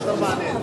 זה יותר מעניין.